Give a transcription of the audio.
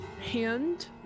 hand